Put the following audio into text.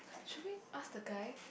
should we ask the guy